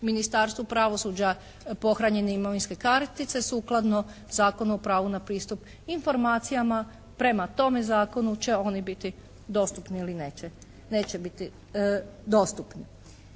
Ministarstvu pravosuđa pohranjene imovinske kartice sukladno Zakonu o pravu na pristup informacijama. Prema tome zakonu će oni biti dostupni ili neće, neće biti dostupni.